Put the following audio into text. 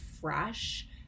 fresh